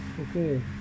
Okay